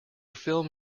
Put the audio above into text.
film